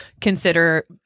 consider